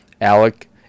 alec